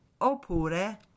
Oppure